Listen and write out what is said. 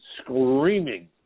screaming